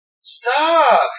Stop